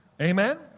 Amen